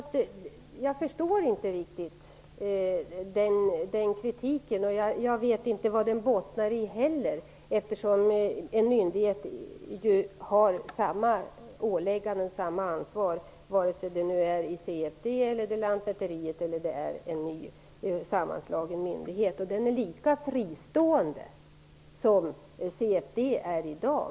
Jag förstår inte riktigt kritiken i detta avseende och vet inte heller vad den bottnar i. En myndighet, oavsett om det är CFD, Lantmäteriverket eller en ny sammanslagen myndighet, får ju samma åläggande och ansvar och blir lika fristående som CFD är i dag.